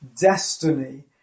destiny